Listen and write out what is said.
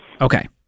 Okay